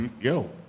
yo